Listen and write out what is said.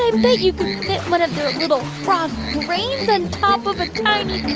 i bet you could sit one of their little frog brains on top of a tiny